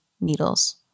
needles